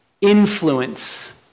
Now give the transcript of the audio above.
influence